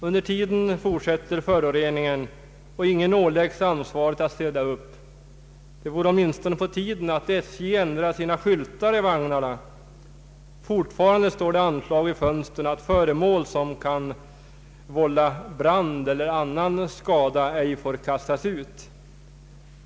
Under tiden fortsätter föroreningen, och ingen åläggs ansvaret att städa upp. Det vore åtminstone på tiden att SJ ändrade sina skyltar i vagnarna. Fortfarande står det anslag vid fönstren att föremål som kan vålla brand eller annan skada ej får kastas ut.